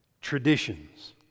Traditions